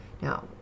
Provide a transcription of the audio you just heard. Now